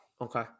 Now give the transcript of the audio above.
Okay